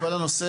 נושא